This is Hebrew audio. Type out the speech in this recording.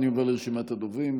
אני עובר לרשימת הדוברים,